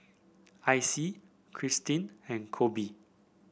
Icy Kirstin and Kolby